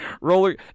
roller